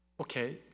Okay